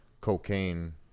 cocaine